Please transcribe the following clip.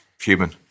human